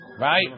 Right